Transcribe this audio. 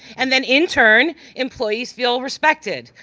and then in turn, employees feel respected,